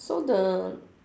so the